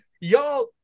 y'all